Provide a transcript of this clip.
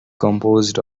composed